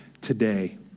today